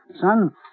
Son